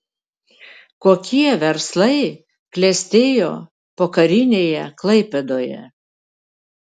kokie verslai klestėjo pokarinėje klaipėdoje